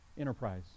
enterprise